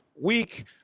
week